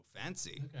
fancy